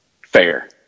FAIR